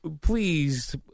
please